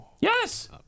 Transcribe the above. Yes